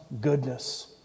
Goodness